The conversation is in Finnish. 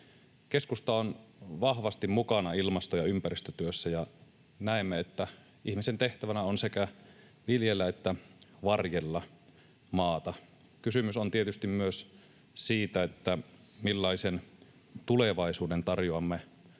Keskusta on vahvasti mukana ilmasto- ja ympäristötyössä, ja näemme, että ihmisen tehtävänä on sekä viljellä että varjella maata. Kysymys on tietysti myös siitä, millaisen tulevaisuuden tarjoamme